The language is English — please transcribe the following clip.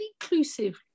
inclusive